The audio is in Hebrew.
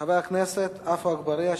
חבר הכנסת עפו אגבאריה.